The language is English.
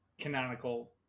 canonical